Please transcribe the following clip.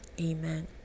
Amen